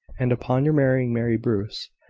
and upon your marrying mary bruce.